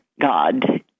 god